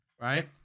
right